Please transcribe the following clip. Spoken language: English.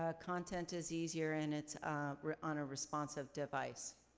ah content is easier and it's on a responsive device,